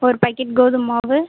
ஒரு பாக்கெட் கோதுமை மாவு